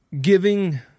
giving